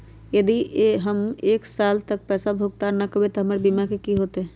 यदि हम एक साल तक पैसा भुगतान न कवै त हमर बीमा के की होतै?